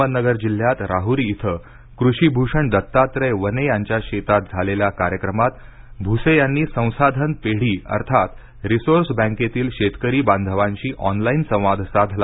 अहमदनगर जिल्ह्यात राहुरी इथं क्रषिभूषण दत्तात्रय वने यांच्या शेतात झालेल्या कार्यक्रमात भूसे यांनी संसाधन पेढी अर्थात रिसोर्स बॅंकेतील शेतकरी बांधवांशी ऑनलाईन संवाद साधला